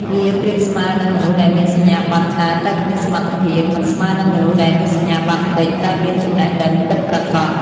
វាប្រៀបស្មើនឹង មនុស្សដែលមានសញ្ញាបត្រច្រើនតែគ្មានសមត្ថភាព មិនស្មើនឹងមនុស្សដែលមានសញ្ញាបត្រតិចតែមានចំណេះពិតប្រាកដ។